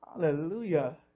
Hallelujah